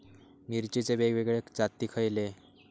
मिरचीचे वेगवेगळे जाती खयले?